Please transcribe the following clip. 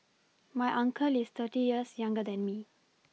my uncle is thirty years younger than me